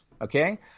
okay